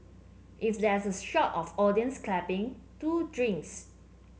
if there's a shot of audience clapping two drinks